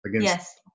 Yes